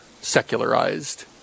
secularized